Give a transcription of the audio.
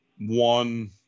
one